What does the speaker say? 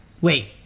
Wait